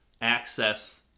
access